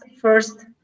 first